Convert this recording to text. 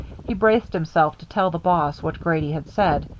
he braced himself to tell the boss what grady had said,